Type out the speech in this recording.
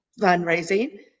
fundraising